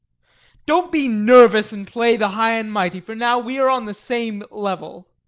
don't be nervous and play the high and mighty, for now we are on the same level.